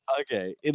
Okay